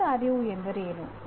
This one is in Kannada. ಜ್ಞಾನದ ಅರಿವು ಎಂದರೇನು